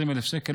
20,000 שקל,